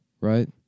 Right